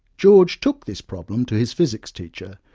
george took this problem to his physics teacher,